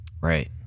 Right